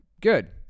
Good